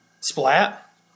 Splat